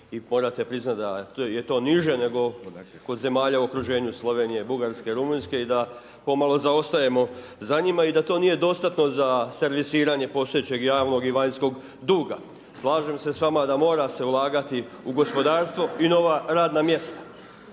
morate priznati da je to niže nego kod zemalja u okruženju Slovenije, Bugarske i Rumunjske i da pomalo zaostajemo za njima i da to nije dostatno za servisiranje postojećeg javnog i vanjskog duga. Slažem se s vama da mora se ulagati u gospodarstvo i nova radna mjesta